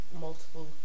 multiple